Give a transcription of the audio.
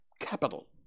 Capital